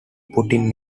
putin